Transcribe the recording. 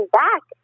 back